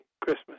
Christmas